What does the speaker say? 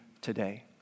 today